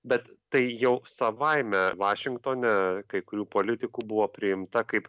bet tai jau savaime vašingtone kai kurių politikų buvo priimta kaip